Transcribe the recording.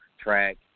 track